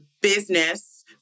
business